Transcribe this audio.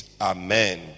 Amen